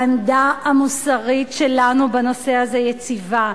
העמדה המוסרית שלנו בנושא הזה יציבה.